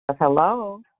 Hello